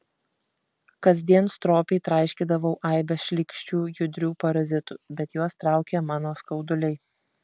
kasdien stropiai traiškydavau aibes šlykščių judrių parazitų bet juos traukė mano skauduliai